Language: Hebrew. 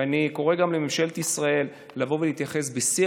ואני קורא גם לממשלת ישראל להתייחס בשיא